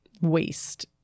waste